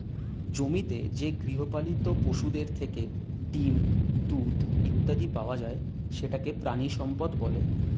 জমিতে যে গৃহপালিত পশুদের থেকে ডিম, দুধ ইত্যাদি পাওয়া যায় সেটাকে প্রাণিসম্পদ বলে